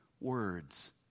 words